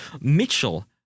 Mitchell